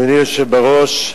אדוני היושב בראש,